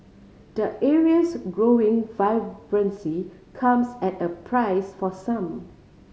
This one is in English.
the area's growing vibrancy comes at a price for some